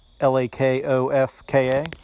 L-A-K-O-F-K-A